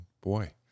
boy